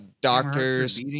doctors